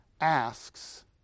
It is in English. asks